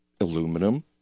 aluminum